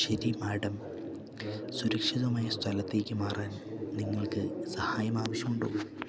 ശരി മാഡം സുരക്ഷിതമായ സ്ഥലത്തേക്ക് മാറാൻ നിങ്ങൾക്ക് സഹായം ആവശ്യമുണ്ടോ